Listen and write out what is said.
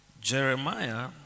Jeremiah